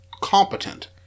competent